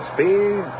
Speed